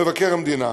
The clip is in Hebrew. מבקר המדינה,